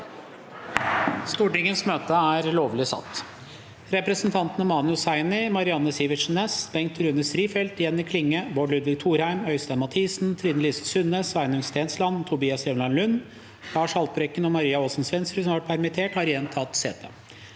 Presidenten Representantene Mani Hussaini, Marianne Sivertsen Næss, Bengt Rune Stri- feldt, Jenny Klinge, Bård Ludvig Thorheim, Øystein Mat- hisen, Trine Lise Sundnes, Sveinung Stensland, Tobias Drevland Lund, Lars Haltbrekken og Maria Aasen-Svens_rud, som har vært permitterte, har igjen tatt